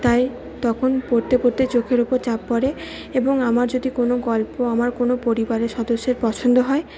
তাই তখন পড়তে পড়তে চোখের ওপর চাপ পড়ে এবং আমার যদি কোনো গল্প আমার কোনো পরিবারের সদস্যের পছন্দ হয়